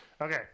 Okay